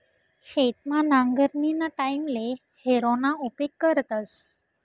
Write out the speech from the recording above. शेतमा नांगरणीना टाईमले हॅरोना उपेग करतस